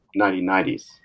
1990s